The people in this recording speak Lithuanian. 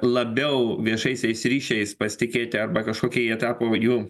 labiau viešaisiais ryšiais pasitikėti arba kažkokie jie tapo jų